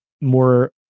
more